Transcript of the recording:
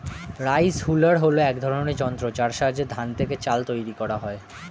rice huller হল এক ধরনের যন্ত্র যার সাহায্যে ধান থেকে চাল তৈরি করা হয়